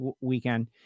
weekend